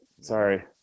Sorry